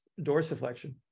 dorsiflexion